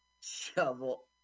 Shovel